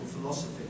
philosophy